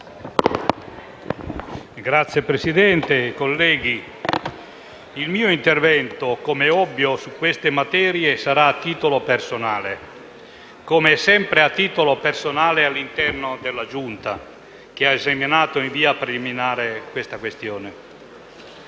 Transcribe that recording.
Signora Presidente, colleghi, il mio intervento, come è ovvio su queste materie, sarà a titolo personale, come sempre è a titolo personale all'interno della Giunta che ha segnalato in via preliminare la questione.